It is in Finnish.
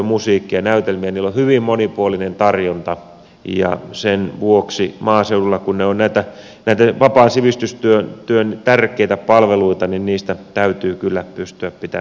niillä on hyvin monipuolinen tarjonta ja sen vuoksi kun ne ovat maaseudulla näitä vapaan sivistystyön tärkeitä palveluita niistä täytyy kyllä pystyä pitämään kiinni